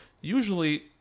usually